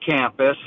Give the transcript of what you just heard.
campus